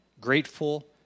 grateful